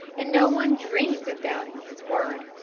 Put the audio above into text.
and no one dreamed of doubting his word.